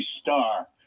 star